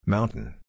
Mountain